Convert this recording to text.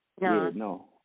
No